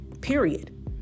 period